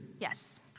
Yes